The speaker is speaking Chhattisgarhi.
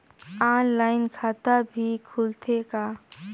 ऑनलाइन खाता भी खुलथे का?